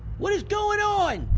what is going on?